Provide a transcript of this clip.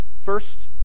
First